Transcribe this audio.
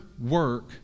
work